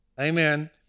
Amen